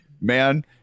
man